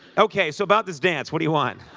okay. so about this dance, what do you